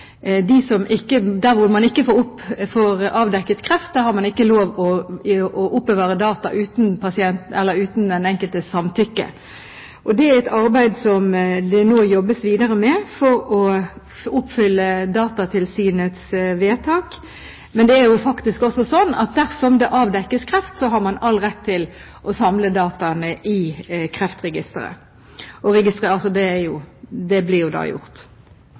man ikke får avdekket kreft, har man ikke lov til å oppbevare data uten den enkeltes samtykke. Det er et arbeid som det nå jobbes videre med, slik at vi oppfyller Datatilsynets vedtak. Men det er faktisk også slik at dersom det avdekkes kreft, har man all rett til å samle dataene i Kreftregisteret. Det blir gjort. Så er det en ting som er tatt opp, og det